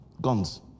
Guns